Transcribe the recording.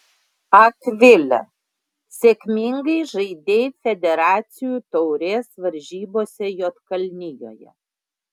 akvile sėkmingai žaidei federacijų taurės varžybose juodkalnijoje